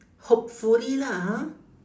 hopefully lah ha